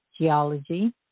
geology